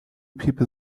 people